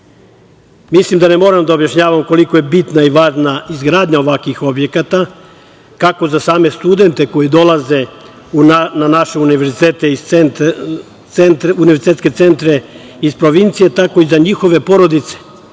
da ne moram da objašnjavam koliko je bitna i važna izgradnja ovakvih objekata, kako za same studente koji dolaze na naše univerzitetske centre iz provincije, tako i za njihove porodice,